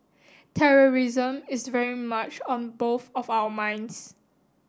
terrorism is very much on both of our minds